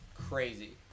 crazy